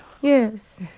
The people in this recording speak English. Yes